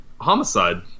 homicide